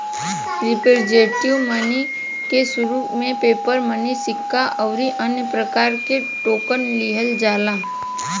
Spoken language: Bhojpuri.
रिप्रेजेंटेटिव मनी के रूप में पेपर मनी सिक्का अउरी अन्य प्रकार के टोकन लिहल जाला